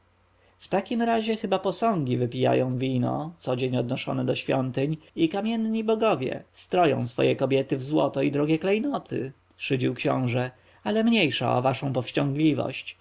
takim razie chyba posągi wypijają wino codzień odnoszone do świątyń i kamienni bogowie stroją swoje kobiety w złoto i drogie klejnoty szydził książę ale mniejsza o waszą powściągliwość